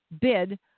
bid